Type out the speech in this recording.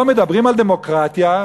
פה מדברים על דמוקרטיה,